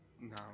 No